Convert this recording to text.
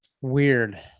Weird